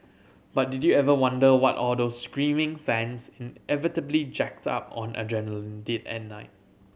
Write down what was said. but did you ever wonder what all those screaming fans inevitably jacked up on adrenaline did at night